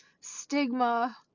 stigma